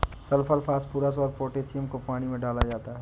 sulphur phosphorus और potassium को पानी में डाला जाता है